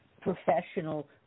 professional